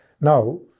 Now